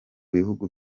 bihugu